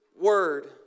word